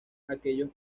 aquellos